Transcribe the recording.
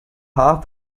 half